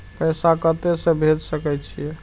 पैसा कते से भेज सके छिए?